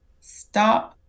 stop